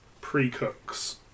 pre-cooks